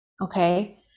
Okay